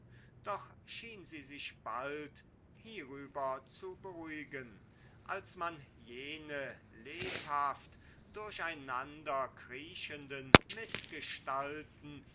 doch schien sie sich bald hierüber zu beruhigen als man jene lebhaft durcheinander kriechenden mißgestalten